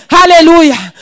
Hallelujah